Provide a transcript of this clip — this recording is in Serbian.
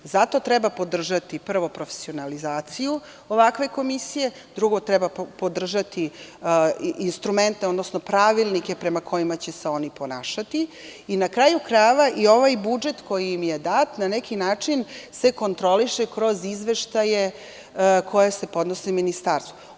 Zato treba podržati prvo profesionalizaciju ovakve komisije, drugo, instrumente, odnosno pravilnike prema kojima će se oni ponašati i na kraju krajeva, i ovaj budžet koji im je dat, na neki način se kontroliše kroz izveštaje koji se podnose ministarstvu.